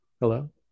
Hello